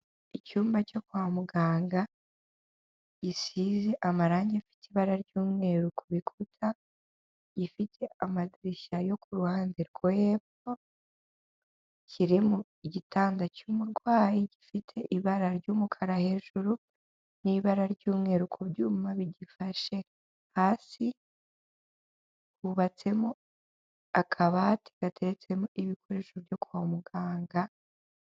Icyumba cyo kwa muganga gisize amarangi afite ibara ry'umweru ku bikuta gifite amadirishya yo kuru ruhande rwo hepfo igitanda cy'umurwayi gifite ibara ry'umukara hejuru n'ibara ry'umweru ku byuma bigifashe hasi hubatsemo akabati gateretsemo ibikoresho byo kwa muganga.